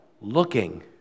looking